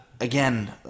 again